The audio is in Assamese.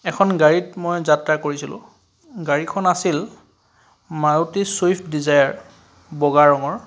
এখন গাড়ীত মই যাত্ৰা কৰিছিলো গাড়ীখন আছিল মাৰুতি ছুইফ্ট ডিজায়াৰ বগা ৰঙৰ